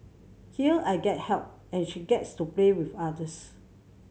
here I get help and she gets to play with others